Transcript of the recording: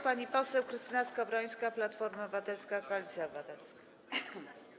Pani poseł Krystyna Skowrońska, Platforma Obywatelska - Koalicja Obywatelska.